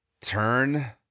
turn